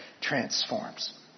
transforms